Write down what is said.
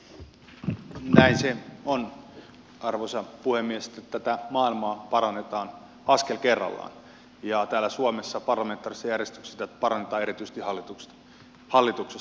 näin se on arvoisa puhemies että tätä maailmaa parannetaan askel kerrallaan ja täällä suomessa parlamentaarisessa järjestyksessä sitä parannetaan erityisesti hallituksesta